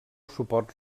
suport